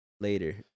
later